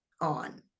on